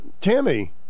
Tammy